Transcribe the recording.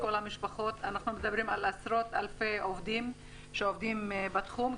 כל המשפחות אנחנו מדברים על עשרות-אלפי עובדים שעובדים בתחום.